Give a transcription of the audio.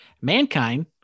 Mankind